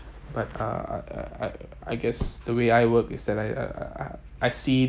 but uh I I I guess the way I work is that I I I see